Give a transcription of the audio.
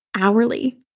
hourly